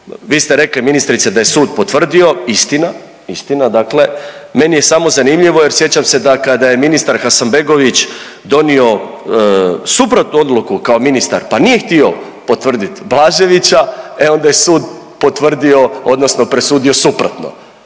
vi ste rekli ministrice da je sud potvrdio, istina, istina, dakle meni je samo zanimljivo jer sjećam se da kada je ministar Hasanbegović donio suprotnu odluku kao ministar, pa nije htio potvrdit Blaževića, e onda je sud potvrdio odnosno presudio suprotno,